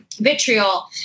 vitriol